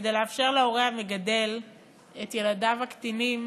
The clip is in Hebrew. כדי לאפשר להורה המגדל את ילדיו הקטינים